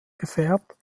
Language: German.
gefärbt